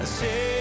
say